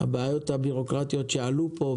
הבעיות הבירוקרטיות שעלו פה,